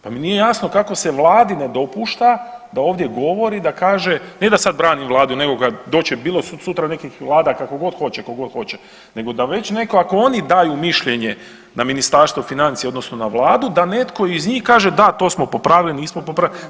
Pa mi nije jasno kako se vladi ne dopušta da ovdje govori da kaže, ne da sad branim vladu nego kad doće bilo sutra nekih vlada kakogod hoće kogod hoće, nego da već neko ako oni daju mišljenje na Ministarstvo financija odnosno na vladu da netko iz njih kaže da to smo popravili, nismo popravili.